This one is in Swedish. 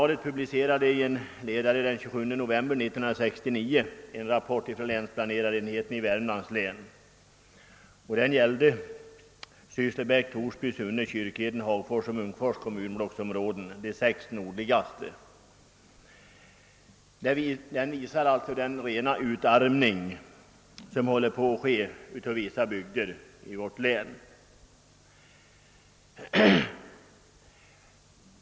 Den 27 november 1969 publicerade Aftonbladet en rapport från länsplanerarenheten i Värmlands län, som gällde Sysslebäck, Torsby, Sunne, Kyrkheden, Hagfors och Munkfors kommunblocksområden, de sex nordligaste. Den visar den rena utarmning som håller på att äga rum i vissa bygder i vårt län.